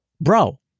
bro